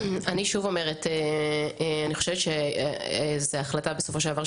כמו שאמרתי בהתחלה, העמדה של